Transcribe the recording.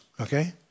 okay